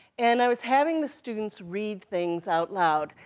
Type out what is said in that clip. and i was having the students read things out loud,